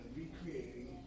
recreating